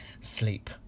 sleep